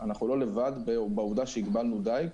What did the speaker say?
אנחנו לא לבד בעובדה שהגבלנו דייג.